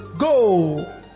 Go